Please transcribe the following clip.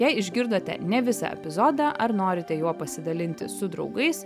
jei išgirdote ne visą epizodą ar norite juo pasidalinti su draugais